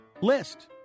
list